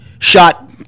Shot